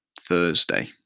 Thursday